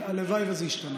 הלוואי שזה השתנה.